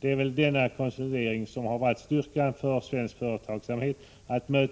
Det är väl denna konsolidering som varit styrkan för svensk företagsamhet